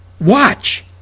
Watch